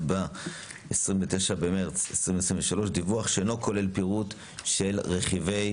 ב-29 במרץ 2023 דיווח שאינו כולל פירוט של רכיבי